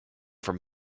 from